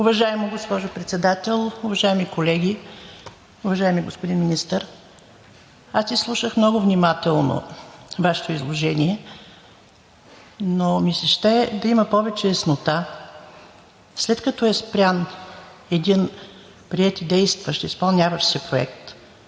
Уважаема госпожо Председател, уважаеми колеги! Уважаеми господин Министър, изслушах много внимателно Вашето изложение, но ми се иска да има повече яснота, след като е спрян един приет и действащ, изпълняващ се проект,